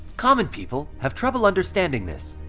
common people have trouble understanding this.